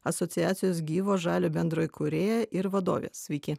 asociacijos gyvo žalio bendraįkūrėja ir vadovė sveiki